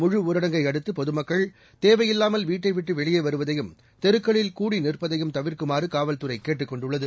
முழுஊரடங்கை அடுத்து பொதுமக்கள் தேவையில்லாமல் வீட்டைவிட்டு வெளியே வருவதையும் தெருக்களில் கூடி நிற்பதையும் தவிர்க்குமாறு காவல்துறை கேட்டுக் கொண்டுள்ளது